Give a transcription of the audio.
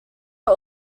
are